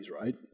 right